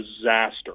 disaster